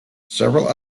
several